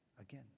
again